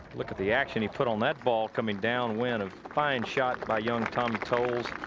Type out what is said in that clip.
look at the action you put on that ball coming down wind a fine shot by young tom tolles.